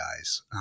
guys